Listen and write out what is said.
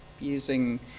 using